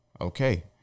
okay